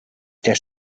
der